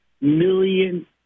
million